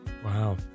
Wow